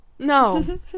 No